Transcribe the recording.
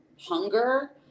hunger